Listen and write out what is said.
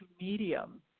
medium